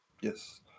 Yes